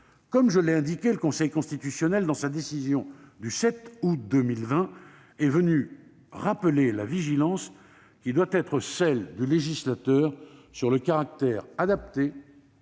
Comme je l'ai indiqué, le Conseil constitutionnel, dans sa décision du 7 août 2020, a rappelé la vigilance qui doit être celle du législateur sur le caractère adapté,